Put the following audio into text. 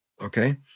okay